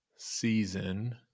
Season